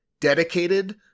dedicated